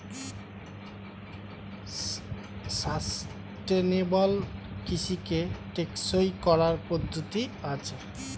sustainable কৃষিকে টেকসই করার পদ্ধতি আছে